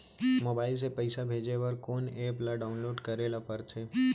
Mobile से पइसा भेजे बर कोन एप ल डाऊनलोड करे ला पड़थे?